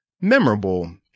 memorable